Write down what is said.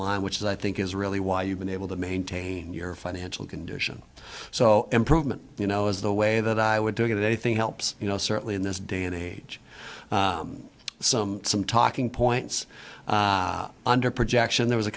line which i think is really why you've been able to maintain your financial condition so improvement you know is the way that i would do anything helps you know certainly in this day and age some some talking points under projection there was a